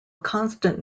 constant